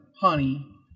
honey